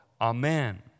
Amen